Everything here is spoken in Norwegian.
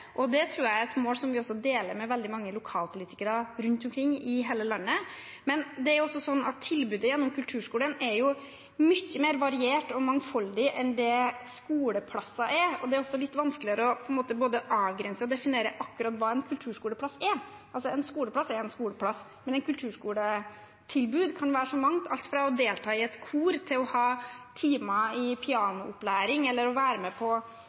og det tror jeg er et mål som vi deler med veldig mange lokalpolitikere rundt omkring i hele landet. Men det er også sånn at tilbudet gjennom kulturskolen er mye mer variert og mangfoldig enn det skoleplasser er, og det er også litt vanskeligere både å avgrense og definere akkurat hva en kulturskoleplass er. En skoleplass er en skoleplass, men et kulturskoletilbud kan være så mangt – alt fra å delta i et kor til å ha timer i piano-opplæring eller være med på